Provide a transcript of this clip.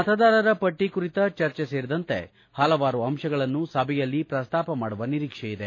ಮತದಾರರ ಪಟ್ಟ ಕುರಿತ ಚರ್ಚೆ ಸೇರಿದಂತೆ ಹಲವಾರು ಅಂಶಗಳು ಸಭೆಯಲ್ಲಿ ಪ್ರಸ್ತಾಪ ಮಾಡುವ ನಿರೀಕ್ಷೆಯಿದೆ